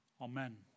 Amen